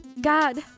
God